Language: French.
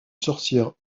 sorcière